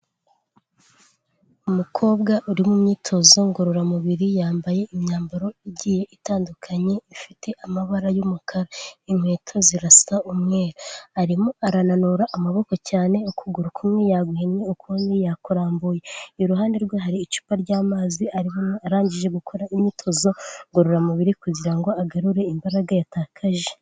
Umukobwa uri mu myitozo ngororamubiri, yambaye imyambaro igiye itandukanye ifite amabara y'umukara, inkweto zirasa umweru. Arimo arananura amaboko cyane ukuguru kumwe yaguhinnye ukundi yakurambuye, iruhande rwe hari icupa ry'amazi ari bunywe arangije gukora imyitozo ngororamubiri kugira ngo agarure imbaraga yatakaje.